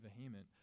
vehement